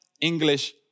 English